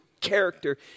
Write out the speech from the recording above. character